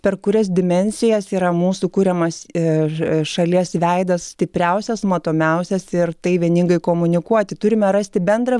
per kurias dimensijas yra mūsų kuriamas ir šalies veidas stipriausias matomiausias ir tai vieningai komunikuoti turime rasti bendrą